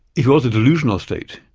if it was a delusional state,